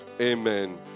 amen